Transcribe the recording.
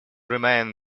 remain